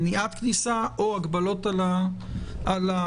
מניעת כניסה או הגבלות על הנכנסים.